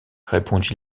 répondit